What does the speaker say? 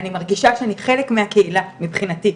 אני מרגישה שאני חלק מהקהילה, מבחינתי.